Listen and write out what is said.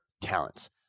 talents